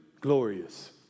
glorious